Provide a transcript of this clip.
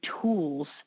tools